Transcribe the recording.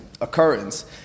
occurrence